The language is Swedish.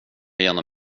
igenom